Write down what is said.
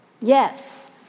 Yes